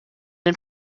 den